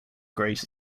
great